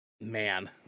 man